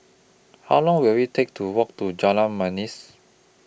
How Long Will IT Take to Walk to Jalan Manis